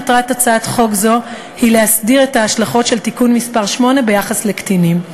מטרת הצעת חוק זו היא להסדיר את ההשלכות של תיקון מס' 8 ביחס לקטינים.